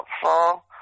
helpful